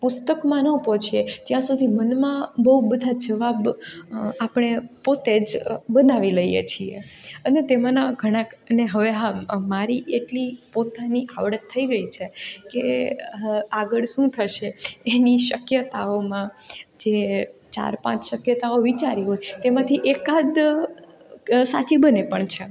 પુસ્તકમાં ન પહોંચીએ ત્યાં સુધી મનમાં બહુ બધા જવાબ આપણે પોતે જ બનાવી લઈએ છીએ અને તેમાંના ઘણા અને હવે હા મારી એટલી પોતાની આવડત થઈ ગઈ છે કે આગળ શું થશે એની શક્યતાઓમાં જે ચાર પાંચ શક્યતાઓ વિચારી હોય તેમાંથી એકાદ સાચી બને પણ છે